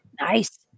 nice